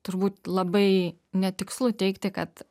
turbūt labai netikslu teigti kad